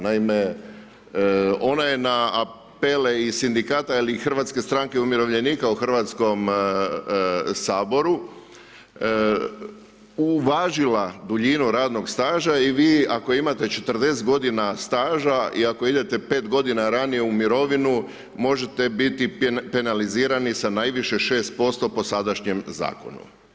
Naime, ona je na apele Sindikata i Hrvatske stranke umirovljenika u HS-u uvažila duljinu radnog staža i vi ako imate 40 godina staža i ako idete 5 godina ranije u mirovinu, možete biti penalizirani sa najviše 6% po sadašnjem Zakonu.